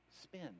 spin